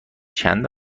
چند